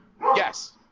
Yes